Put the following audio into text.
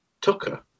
Tucker